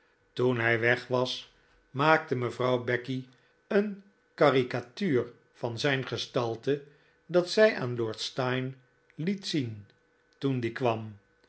toen hij weg was maakte mevrouw becky een caricatuur van zijn gestalte dat zij aan lord steyne liet zien toen die kwam